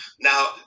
Now